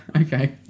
Okay